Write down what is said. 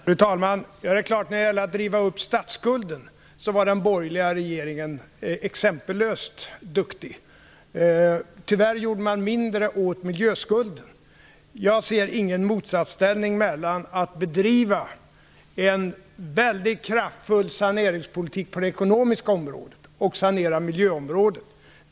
Fru talman! När det gäller att driva upp statsskulden var den borgerliga regeringen exempellöst duktig. Tyvärr gjorde man mindre åt miljöskulden. Jag ser ingen motsatsställning mellan att bedriva en mycket kraftfull saneringspolitik på det ekonomiska området och att sanera miljöområdet.